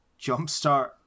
jumpstart